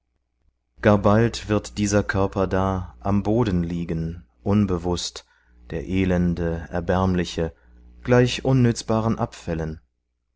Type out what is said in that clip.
gar bald wird dieser körper da am boden liegen unbewußt der elende erbärmliche gleich unnützbaren abfällen